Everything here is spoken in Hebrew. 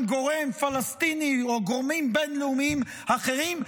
גורם פלסטיני או גורמים בין-לאומיים אחרים,